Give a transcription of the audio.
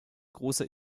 großer